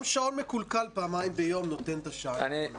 גם שעון מקולקל פעמיים ביום נותן את השעה הנכונה.